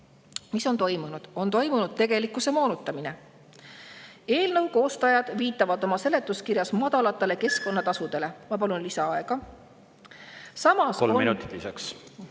Mis on toimunud? On toimunud tegelikkuse moonutamine. Eelnõu koostajad viitavad seletuskirjas madalatele keskkonnatasudele. Ma palun lisaaega. Kolm